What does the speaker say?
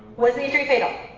was the injury fatal?